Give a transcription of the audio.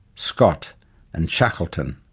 scott and shackleton.